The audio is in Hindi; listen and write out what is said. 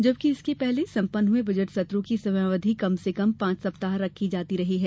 जबकि इसके पहले संपन्न हुए बजट सत्रों की समयावधि कम से कम पांच सप्ताह रखी जाती रही है